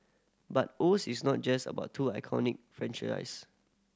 but Oz is not just about two iconic franchises